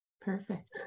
Perfect